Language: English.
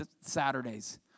Saturdays